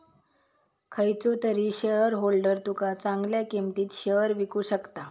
खयचो तरी शेयरहोल्डर तुका चांगल्या किंमतीत शेयर विकु शकता